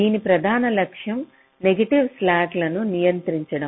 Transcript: దీన్ని ప్రధాన లక్ష్యం నెగిటివ్ స్లాక్లను నియంత్రించడం